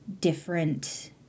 different